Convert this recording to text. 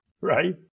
Right